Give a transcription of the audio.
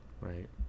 Right